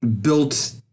built